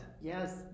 Yes